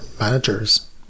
managers